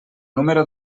número